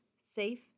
safe